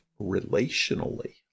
relationally